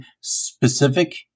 specific